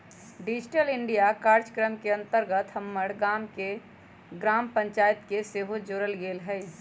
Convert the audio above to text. digital India काजक्रम के अंतर्गत हमर गाम के ग्राम पञ्चाइत के सेहो जोड़ल गेल हइ